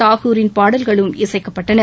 தாகூரின் பாடல்களும் இசைக்கப்பட்டன